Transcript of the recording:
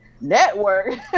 network